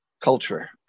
culture